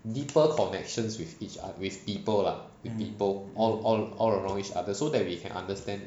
deeper connections with each ot~ with people lah with people all all all around each other so that we can understand